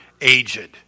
aged